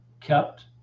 kept